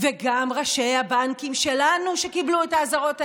וגם ראשי הבנקים שלנו שקיבלו את האזהרות האלה.